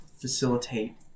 facilitate